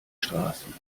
straßen